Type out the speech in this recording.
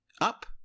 up